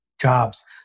jobs